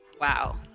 Wow